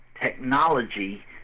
technology